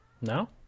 no